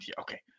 okay